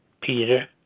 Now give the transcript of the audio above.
Peter